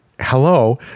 hello